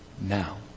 Now